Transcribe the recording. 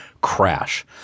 crash